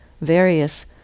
Various